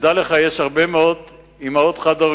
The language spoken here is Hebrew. תדע לך שיש הרבה מאוד נשים חד-הוריות